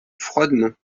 froidement